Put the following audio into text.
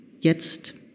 jetzt